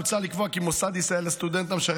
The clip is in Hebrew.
מוצע לקבוע כי המוסד יסייע לסטודנט המשרת